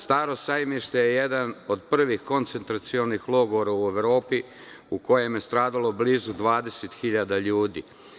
Staro sajmište je jedan od prvih koncentracionih logora u Evropi u kojem je stradalo blizu 20 hiljada ljudi.